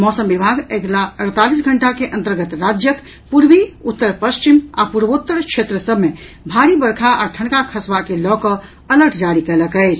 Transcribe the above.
मौसम विभाग अगिला अड़तालीस घंटा के अन्तर्गत राज्यक पूर्वी उत्तर पश्चिम आ पूर्वोत्तर क्षेत्र सभ मे भारी वर्षा आ ठनका खसबा के लऽ कऽ अलर्ट जारी कयलक अछि